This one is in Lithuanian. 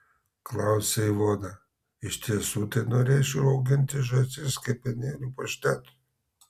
klausia ivona iš tiesų tai norėčiau auginti žąsis kepenėlių paštetui